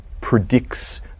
predicts